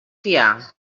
fiar